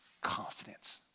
confidence